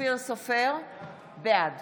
בעד